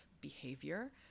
behavior